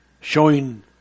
showing